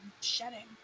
shedding